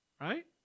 Right